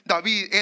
David